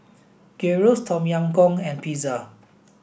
Gyros Tom Yam Goong and Pizza